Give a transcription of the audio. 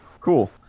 cool